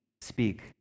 speak